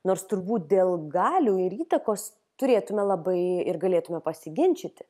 nors turbūt dėl galių ir įtakos turėtume labai ir galėtume pasiginčyti